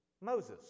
Moses